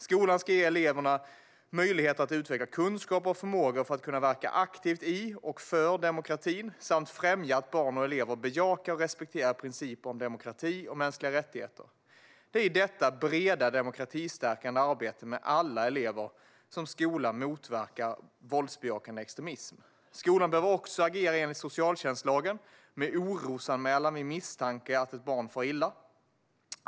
Skolan ska ge eleverna möjligheter att utveckla kunskaper och förmågor för att de ska kunna verka aktivt i och för demokratin samt främja att barn och elever bejakar och respekterar principer om demokrati och mänskliga rättigheter. Det är i detta breda demokratistärkande arbete med alla elever som skolan motverkar våldsbejakande extremism. Skolan behöver också agera enligt socialtjänstlagen med orosanmälan vid misstanke om att ett barn far illa.